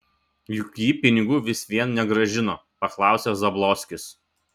juk ji pinigų vis vien negrąžino paklausė zablockis